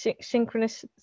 synchronous